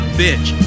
bitch